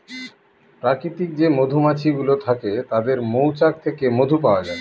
প্রাকৃতিক যে মধুমাছি গুলো থাকে তাদের মৌচাক থেকে মধু পাওয়া যায়